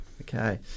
Okay